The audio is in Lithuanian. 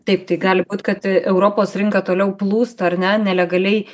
taip tai gali būt kad europos rinką toliau plūsta ar ne nelegaliai